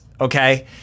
okay